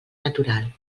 natural